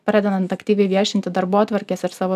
pradedant aktyviai viešinti darbotvarkes ir savo